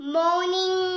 morning